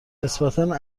نسبتا